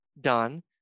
done